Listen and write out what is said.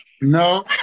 No